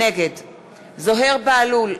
נגד זוהיר בהלול,